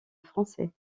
français